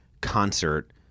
concert